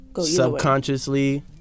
subconsciously